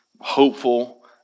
hopeful